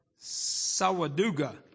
Sawaduga